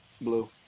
Blue